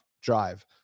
drive